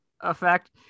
effect